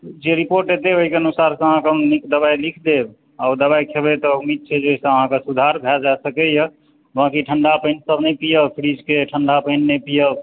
जे रिपोर्ट एतै ओहिकेँ अनुसारसँ आहाँकऽ हम नीक दवाइ लिख देब आ ओ दवाइ खयबै तऽ उम्मीद छै जे ओहिसँ आहाँकऽ सुधार भए जाय सकैया बाँकि ठण्डा पानि सब नहि पीअब फ्रिजकेँ ठण्डा पानि नहि पीअब